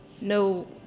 no